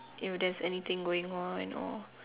if there is anything going on and all